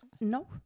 no